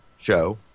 show